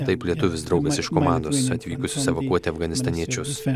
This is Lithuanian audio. taip lietuvis draugas iš komandos atvykusius evakuoti afganistaniečius